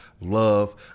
love